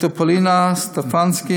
דוקטור פולינה סטפנסקי,